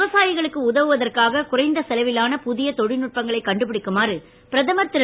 விவசாயிகளுக்கு உதவுவதற்காக குறைந்த செலவிலான புதிய தொழில்நுட்பங்களை கண்டுபிடிக்குமாறு பிரதமர் திரு